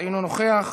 אינו נוכח,